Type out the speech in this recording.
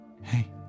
hey